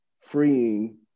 freeing